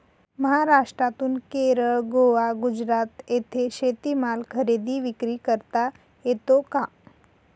महाराष्ट्रातून केरळ, गोवा, गुजरात येथे शेतीमाल खरेदी विक्री करता येतो का?